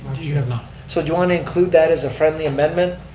you have not. so do you want to include that as a friendly amendment